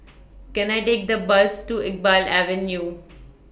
Can I Take The Bus to Iqbal Avenue